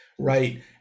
Right